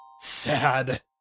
sad